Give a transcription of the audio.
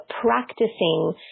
practicing